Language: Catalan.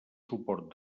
suport